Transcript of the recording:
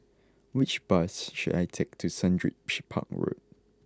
which bus should I take to Sundridge Park Road